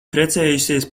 precējusies